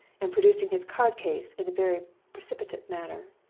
and producing his card-case in a very precipitate manner.